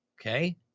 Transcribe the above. Okay